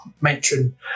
mention